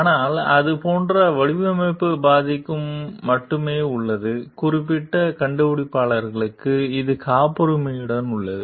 ஆனால் அது போன்ற வடிவமைப்பு பகுதிக்கு மட்டுமே உள்ளது குறிப்பிட்ட கண்டுபிடிப்பாளருக்கு இது காப்புரிமையுடன் உள்ளது